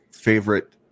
favorite